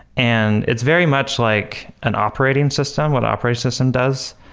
and it's very much like an operating system, what operating system does,